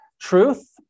truth